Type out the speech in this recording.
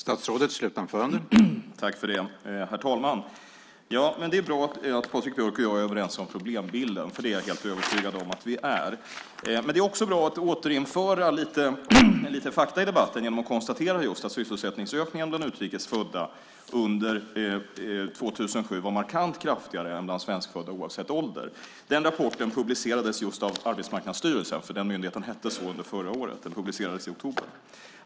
Herr talman! Det är bra att Patrik Björck och jag är överens om problembilden, för det är jag helt övertygad om att vi är. Men det är också bra att återinföra lite fakta i debatten genom att konstatera just att sysselsättningsökningen bland utrikes födda under 2007 var markant kraftigare än bland svenskfödda oavsett ålder. Den rapporten publicerades just av Arbetsmarknadsstyrelsen, för den myndigheten hette så under förra året. Den publicerades i oktober.